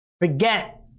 Forget